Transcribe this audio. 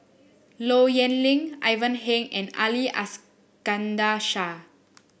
Low Yen Ling Ivan Heng and Ali Iskandar Shah